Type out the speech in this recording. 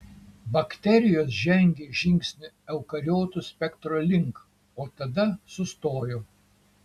bakterijos žengė žingsnį eukariotų spektro link o tada sustojo